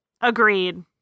Agreed